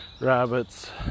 rabbits